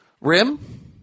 rim